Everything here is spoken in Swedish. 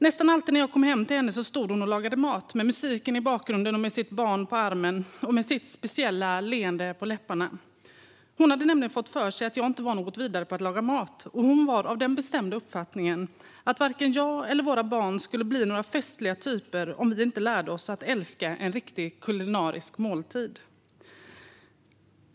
Nästan alltid när jag kom hem till henne stod hon och lagade mat, med musiken i bakgrunden, med sitt barn på armen och med sitt speciella leende på läpparna. Hon hade nämligen fått för sig att jag inte var något vidare på att laga mat, och hon var av den bestämda uppfattningen att varken jag eller våra barn skulle bli några festliga typer om vi inte lärde oss att älska en riktigt kulinarisk måltid.